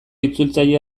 itzultzaile